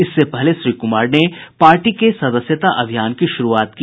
इससे पहले श्री कुमार ने पार्टी के सदस्यता अभियान की शुरुआत की